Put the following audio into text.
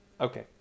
Okay